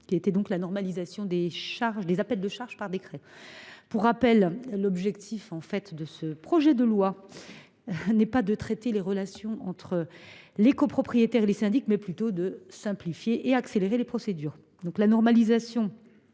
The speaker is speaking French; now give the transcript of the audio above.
qui tendait à la normalisation des appels de charges par décret. Je rappelle que l’objectif du projet de loi est non pas de traiter des relations entre les copropriétaires et les syndics, mais plutôt de simplifier et d’accélérer les procédures. Cette normalisation